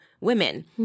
women